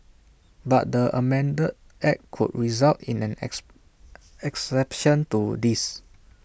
but the amended act could result in an exception to this